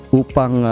upang